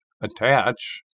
attach